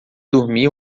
dormir